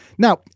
Now